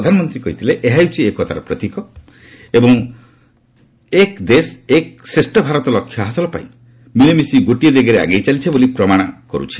ପ୍ରଧାନମନ୍ତ୍ରୀ କହିଥିଲେ ଏହା ହେଉଛି ଏକତାର ପ୍ରତୀକ ଏବଂ ଦେଶ ଏକ୍ ଭାରତ ଶ୍ରେଷ୍ଠ ଭାରତ ଲକ୍ଷ୍ୟ ହାସଲ ପାଇଁ ମିଳିମିଶି ଗୋଟିଏ ଦିଗରେ ଆଗେଇ ଚାଲିଛି ବୋଲି ପ୍ରମାଣ କରୁଛି